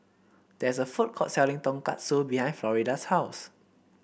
there is a food court selling Tonkatsu behind Florida's house